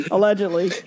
Allegedly